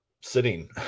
sitting